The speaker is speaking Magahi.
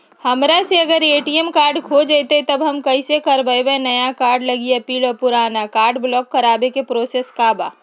हमरा से अगर ए.टी.एम कार्ड खो जतई तब हम कईसे करवाई नया कार्ड लागी अपील और पुराना कार्ड ब्लॉक करावे के प्रोसेस का बा?